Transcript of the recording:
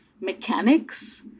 mechanics